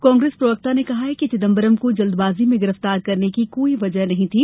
कांग्रेस प्रवक्ता ने कहा कि चिदम्बरम को जल्दबाजी में गिरफ्तार करने की कोई वजह नहीं थी